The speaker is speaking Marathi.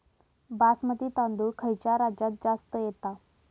बासमती तांदूळ खयच्या राज्यात जास्त येता?